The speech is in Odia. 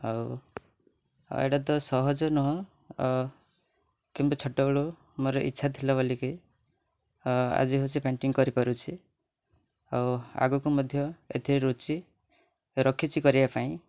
ଆଉ ଏଇଟା ତ ସହଜ ନୁହଁ ଆଉ କିନ୍ତୁ ଛୋଟବେଳୁ ମୋର ଇଚ୍ଛା ଥିଲା ବୋଲିକି ଆଜି ହେଉଛି ପେଣ୍ଟିଙ୍ଗ୍ କରିପାରୁଛି ଆଉ ଆଗକୁ ମଧ୍ୟ ଏଥିରେ ରୁଚି ରଖିଛି କରିବା ପାଇଁ